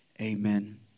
Amen